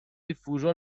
diffuso